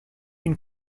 une